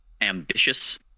Ambitious